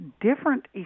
different